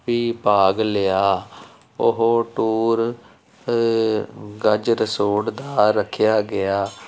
ਵੀ ਭਾਗ ਲਿਆ ਉਹ ਟੂਰ ਗਜਰਸੋਡ ਦਾ ਰੱਖਿਆ ਗਿਆ